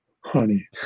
honey